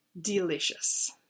delicious